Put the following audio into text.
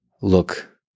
look